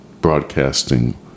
broadcasting